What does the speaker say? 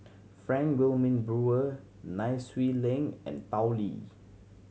Frank Wilmin Brewer Nai Swee Leng and Tao Li